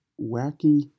wacky